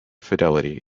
fidelity